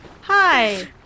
Hi